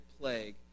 plague